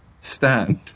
stand